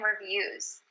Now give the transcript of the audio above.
reviews